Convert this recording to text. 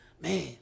man